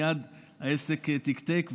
מייד העסק תיקתק,